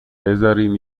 بذارین